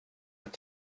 ett